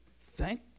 thank